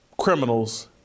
criminals